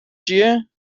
چیه